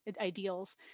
ideals